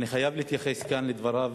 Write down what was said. אני חייב להתייחס כאן לדבריו,